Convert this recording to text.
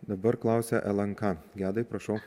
dabar klausia lnk gedai prašau